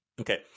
Okay